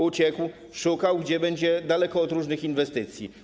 Uciekł, szukał, gdzie będzie daleko od różnych inwestycji.